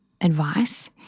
advice